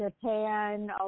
Japan